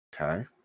Okay